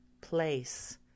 place